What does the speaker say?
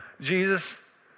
Jesus